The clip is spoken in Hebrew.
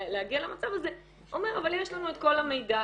להגיע למצב הזה אומר אבל יש לנו את כל המידע.